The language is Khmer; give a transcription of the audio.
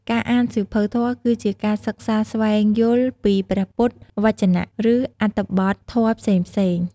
ការអានសៀវភៅធម៌ គឺជាការសិក្សាស្វែងយល់ពីព្រះពុទ្ធវចនៈ ឬអត្ថបទធម៌ផ្សេងៗ។